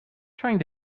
trying